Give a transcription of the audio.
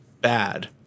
bad